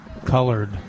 Colored